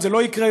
מה קשור?